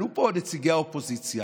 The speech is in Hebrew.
עלו פה נציגי האופוזיציה,